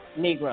Negro